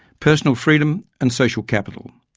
personal freedom and social capital.